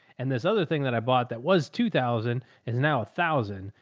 and there's other thing that i bought that was two thousand is now a thousand.